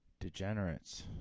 Degenerates